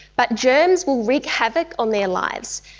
but germs will wreak havoc on their lives.